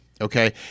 okay